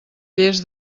lles